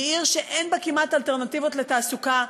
היא עיר שאין בה כמעט אלטרנטיבות לתעסוקה,